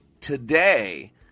Today